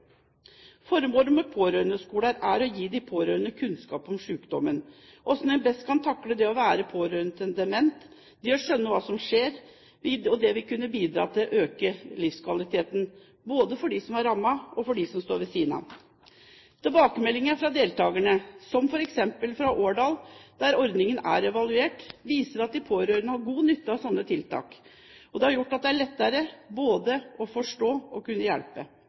Formålet med pårørendeskoler er å gi de pårørende kunnskap om sykdommen og hvordan en best kan takle det å være pårørende til en dement. Det å skjønne hva som skjer, vil kunne bidra til å øke livskvaliteten både for dem som er rammet, og for dem som står ved siden av. Tilbakemeldinger fra deltakerne, som f.eks. fra Årdal, der ordningen er evaluert, viser at de pårørende har god nytte av slike tiltak, og at det har gjort at det er lettere både å forstå og kunne hjelpe.